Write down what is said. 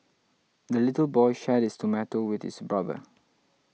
the little boy shared his tomato with his brother